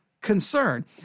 concern